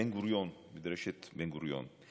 מדרשת בן-גוריון,